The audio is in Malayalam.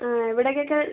ആ എവിടേക്കൊക്കെ